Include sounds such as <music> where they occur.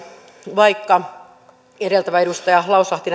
vaikka edellä edustaja lauslahti <unintelligible>